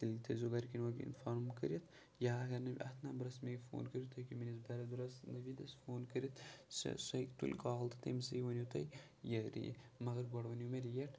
تیٚلہِ تھٲیزیو گَرِکٮ۪ن اِنفام کٔرِتھ یا اَگر نہٕ مےٚ اَتھ نَمبرَس مےٚ یہِ فون کٔرِو تُہۍ ہیٚکِو میٛٲنِس برٛٮ۪درَس نٔویٖدَس فون کٔرِتھ سُہ سُہ ہیٚکہِ تُلہِ کال تہٕ تٔمۍ سٕے ؤنِو تُہۍ یہِ مگر گۄڈٕ ؤنِو مےٚ ریٹ